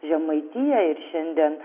žemaitiją ir šiandien